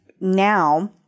now